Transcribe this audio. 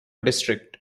district